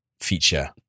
feature